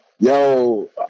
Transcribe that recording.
yo